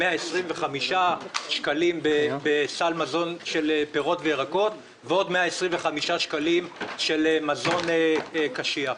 125 שקלים בסל מזון של פירות וירקות ועוד 125 שקלים של מזון קשיח.